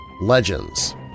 legends